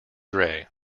gray